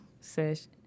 Says